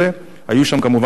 היו שם כמובן גם פוליטיקאים,